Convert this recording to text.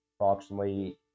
approximately